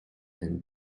ein